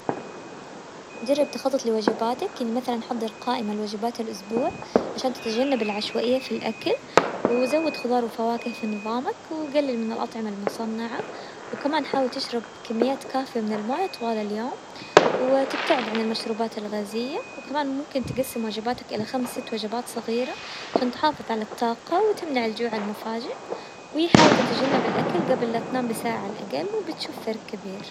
جرب تخطط لوجباتك يعني مثلا حضر قائمة لوجبات الاسبوع عشان تتجنب العشوائية في الاكل، وزود خضار وفواكه في نظامك، وقلل من الاطعمة المصنعة وكمان حاول تشرب كميات كافية من الموية طوال اليوم، وتبتعد عن المشروبات الغازية، وكمان ممكن تقسم وجباتك الى خمس ست وجبات صغيرة عشان تحافظ على الطاقة وتمنع الجوع المفاجئ، وحاول تتجنب الاكل قبل لا تنام بساعة على الاقل وبتشوف فرق كبير.